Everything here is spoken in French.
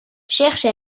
cherche